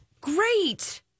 Great